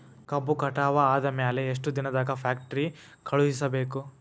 ಕಬ್ಬು ಕಟಾವ ಆದ ಮ್ಯಾಲೆ ಎಷ್ಟು ದಿನದಾಗ ಫ್ಯಾಕ್ಟರಿ ಕಳುಹಿಸಬೇಕು?